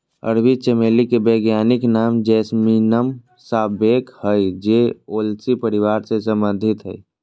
अरबी चमेली के वैज्ञानिक नाम जैस्मीनम सांबैक हइ जे ओलेसी परिवार से संबंधित हइ